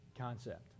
concept